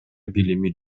билими